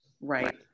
Right